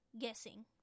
guessing